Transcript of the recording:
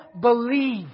believe